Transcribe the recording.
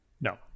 No